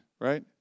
right